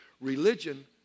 Religion